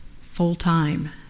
full-time